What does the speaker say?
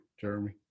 Jeremy